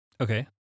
Okay